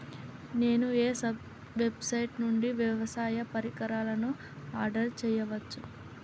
నేను ఏ వెబ్సైట్ నుండి వ్యవసాయ పరికరాలను ఆర్డర్ చేయవచ్చు?